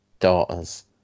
Daughters